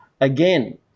again